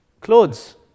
clothes